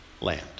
land